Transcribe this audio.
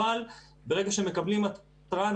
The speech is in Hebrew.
אבל ברגע שמקבלים התראה,